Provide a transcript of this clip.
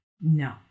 No